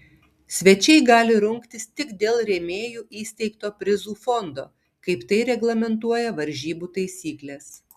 svečiai gali rungtis tik dėl rėmėjų įsteigto prizų fondo kaip tai reglamentuoja varžybų taisyklės